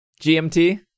GMT